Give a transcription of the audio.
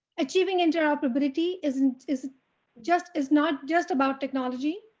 achieving interoperability isn't is just is not just about technology.